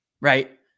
Right